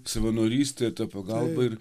savanorystę tą pagalbą ir